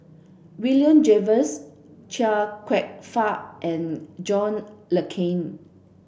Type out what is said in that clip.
William Jervois Chia Kwek Fah and John Le Cain